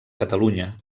catalunya